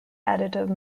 additive